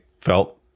felt